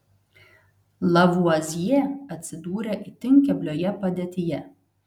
lavuazjė atsidūrė itin keblioje padėtyje